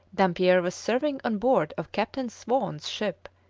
dampier was serving on board of captain swan's ship,